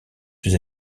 plus